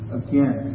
again